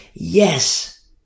Yes